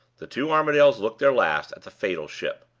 the two armadales looked their last at the fatal ship.